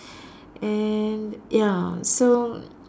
and ya so